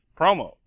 promo